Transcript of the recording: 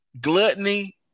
Gluttony